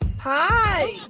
Hi